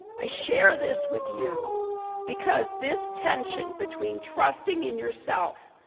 i share this with you because this tension between trusting in yourself,